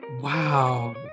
Wow